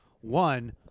one